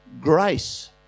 grace